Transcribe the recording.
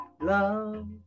love